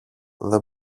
δεν